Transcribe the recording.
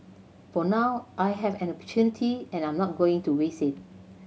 for now I have an opportunity and I'm not going to waste it